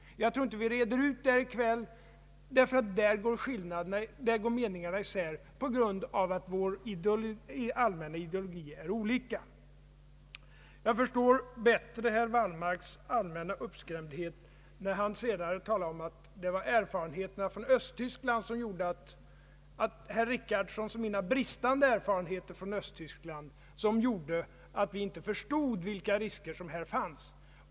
Men jag tror inte att vi reder ut detta i kväll, därför att meningarna går isär på grund av att våra allmänna ideologier är olika. Jag förstår bättre herr Wallmarks allmänna uppskrämdhet när han talade om att det var herr Richardsons och mina bristande erfarenheter från öÖsttyskland som gjorde att vi inte förstod vilka risker som finns.